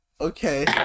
Okay